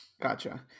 Gotcha